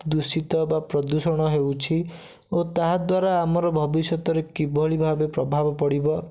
ଦୂଷିତ ବା ପ୍ରଦୂଷଣ ହେଉଛି ଓ ତାହା ଦ୍ୱାରା ଆମର ଭବିଷ୍ୟତରେ କିଭଳି ଭାବେ ପ୍ରଭାବ ପଡ଼ିବ